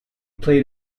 played